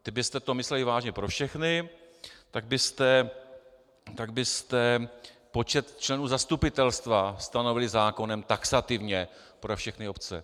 Kdybyste to mysleli vážně pro všechny, tak byste počet členů zastupitelstva stanovili ze zákona taxativně pro všechny obce.